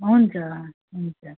हुन्छ हुन्छ